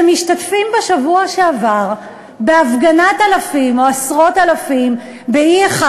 שמשתתפים בשבוע שעבר בהפגנת אלפים או עשרות אלפים ב-E1,